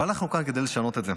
אבל אנחנו כאן כדי לשנות את זה.